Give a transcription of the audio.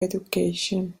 education